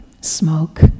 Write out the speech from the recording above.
Smoke